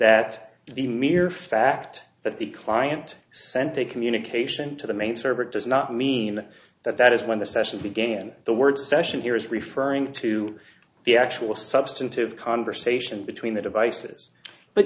that the mere fact that the client sent a communication to the main server does not mean that that is when the session began the word session here is referring to the actual substantive conversation between the devices but